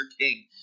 King